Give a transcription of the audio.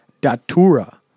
datura